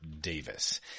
Davis